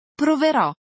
Proverò